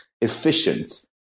efficient